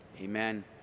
Amen